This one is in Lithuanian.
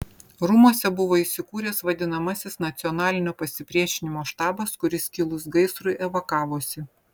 rūmuose buvo įsikūręs vadinamasis nacionalinio pasipriešinimo štabas kuris kilus gaisrui evakavosi